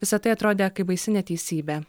visa tai atrodė kaip baisi neteisybė